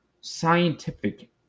scientific